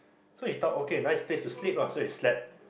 so he thought okay nice place to sleep lah so he slept